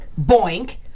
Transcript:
boink